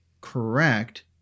correct